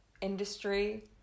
industry